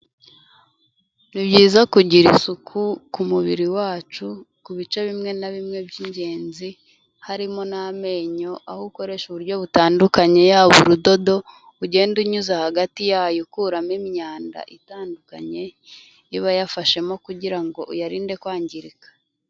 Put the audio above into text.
Ni byiza kugira isuku ku mubiri wacu, ku bice bimwe na bimwe by'ingenzi harimo n'amenyo, aho ukoresha uburyo butandukanye yaba urudodo, ugenda unyuza hagati yayo ukuramo imyanda itandukanye iba yafashemo kugira ngo uyarinde kwangirika.